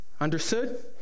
understood